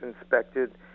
inspected